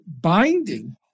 binding